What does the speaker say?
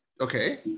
okay